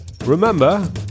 Remember